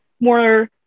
more